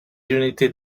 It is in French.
unités